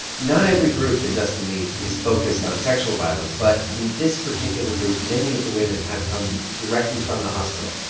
not every group that justin leads is focused on sexual violence. but in this particular group, many of the women have come directly from the hospital,